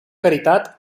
caritat